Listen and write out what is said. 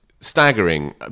staggering